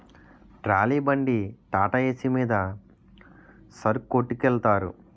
trolley బండి టాటాఏసి మీద సరుకొట్టికెలతారు